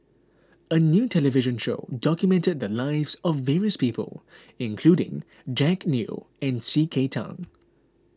a new television show documented the lives of various people including Jack Neo and C K Tang